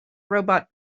robot